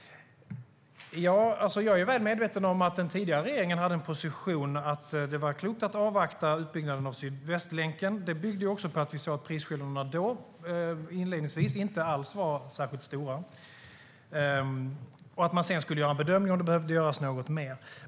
Jag är väl medveten om att den tidigare regeringen hade positionen att det var klokt att avvakta utbyggnaden av Sydvästlänken. Det byggde på att vi såg att prisskillnaderna inledningsvis inte alls var särskilt stora. Sedan skulle man göra en bedömning av om det behövde göras något mer.